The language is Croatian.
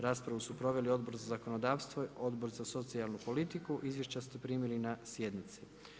Raspravu su proveli Odbor za zakonodavstvo, Odbor za socijalnu politiku, izvješća ste primili na sjednici.